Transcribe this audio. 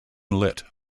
lit